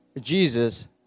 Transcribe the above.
Jesus